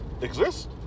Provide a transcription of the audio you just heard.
exists